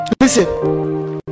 listen